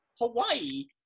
Hawaii